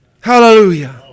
Hallelujah